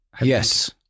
Yes